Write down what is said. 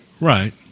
Right